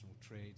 trade